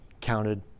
counted